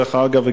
דרך אגב,